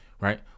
Right